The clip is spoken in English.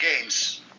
games